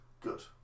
Good